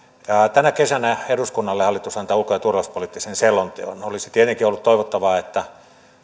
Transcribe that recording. tänä kesänä hallitus antaa eduskunnalle ulko ja turvallisuuspoliittisen selonteon olisi tietenkin ollut toivottavaa